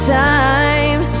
time